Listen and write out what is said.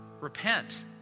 repent